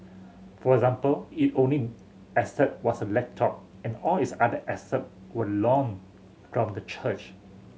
for example it only asset was a laptop and all its other asset were loaned from the church